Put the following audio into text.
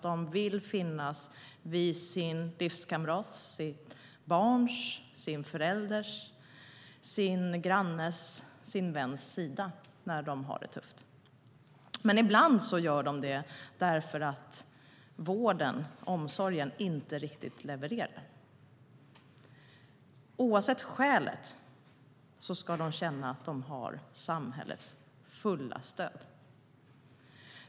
De vill finnas vid sin livskamrats, sitt barns, sin förälders, sin grannes eller sin väns sida när denne har det tufft. Men ibland gör de det därför att vården eller omsorgen inte riktigt levererar. Oavsett skälet ska de känna att de har samhällets fulla stöd.